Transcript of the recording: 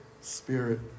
Spirit